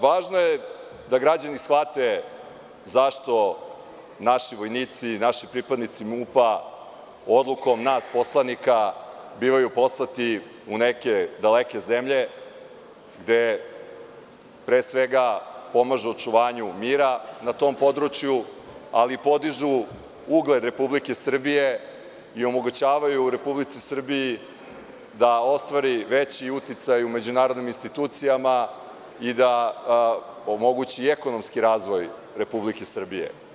Važno je da građani shvate zašto naši vojnici i naši pripadnici MUP-a, odlukom nas, poslanika, bivaju poslati u neke daleke zemlje, gde pre svega pomažu očuvanju mira na tom području, ali i podižu ugled Republike Srbije i omogućavaju Republici Srbiji da ostvari veći uticaj u međunarodnim institucijama i da omogući i ekonomski razvoj Republike Srbije.